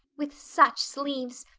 with such sleeves.